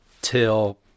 till